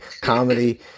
Comedy